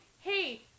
hey